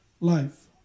Life